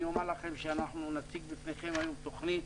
אנחנו נציג בפניכם היום תוכנית